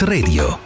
Radio